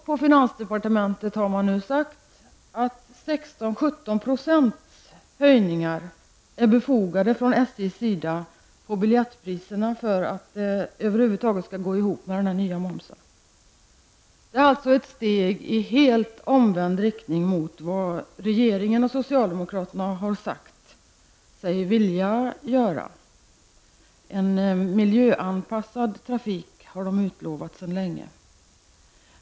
På finansdepartementet har man nu sagt att höjningar för SJ av biljettpriserna på 16--17 % är befogade för att det skall gå ihop med tanke på den nya momsen. Det är alltså ett steg i helt omvänd riktning mot vad regeringen och socialdemokraterna har sagt sig vilja göra. De har sedan länge utlovat en miljöanpassad trafik.